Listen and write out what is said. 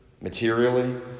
materially